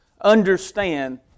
understand